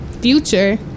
future